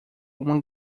uma